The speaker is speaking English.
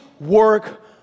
work